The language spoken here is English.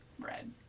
Red